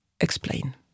explain